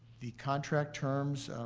the contract terms